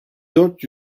dört